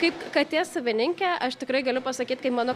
kaip katės savininkė aš tikrai galiu pasakyt kai mano